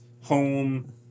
home